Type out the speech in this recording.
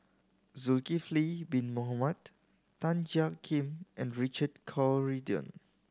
Zulkifli Bin Mohamed Tan Jiak Kim and Richard Corridon